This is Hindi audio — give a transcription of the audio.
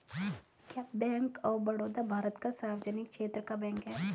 क्या बैंक ऑफ़ बड़ौदा भारत का सार्वजनिक क्षेत्र का बैंक है?